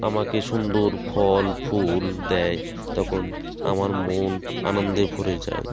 আমাকে সুন্দর ফল ফুল দেয় তখন আমার মন আনন্দে ভরে যায়